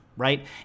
Right